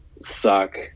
suck